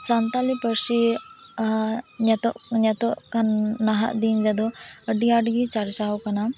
ᱥᱟᱱᱛᱟᱲᱤ ᱯᱟᱹᱨᱥᱤᱭᱟᱜ ᱱᱮᱛᱚᱜ ᱱᱮᱛᱚᱜ ᱱᱟᱦᱟᱜ ᱫᱤᱱ ᱨᱮᱫᱚ ᱟᱹᱰᱤ ᱟᱸᱴ ᱜᱤ ᱪᱟᱨᱪᱟᱣ ᱟᱠᱟᱱᱟ